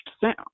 sound